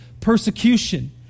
persecution